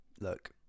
Look